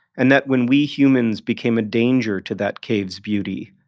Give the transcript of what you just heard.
and that when we humans became a danger to that cave's beauty,